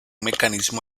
mecanismo